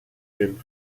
den